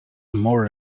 more